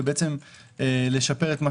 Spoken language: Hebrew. לשפר ולממש